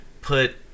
put